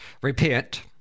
repent